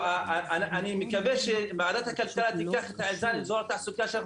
אני מקווה שוועדת הכלכלה תיקח --- את אזור התעסוקה שאנחנו